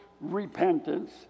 repentance